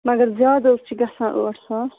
مگر زیادٕ حظ چھُ گژھان ٲٹھ ساس